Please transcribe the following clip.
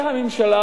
והממשלה,